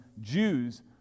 Jews